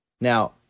Now